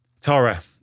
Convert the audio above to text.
Tara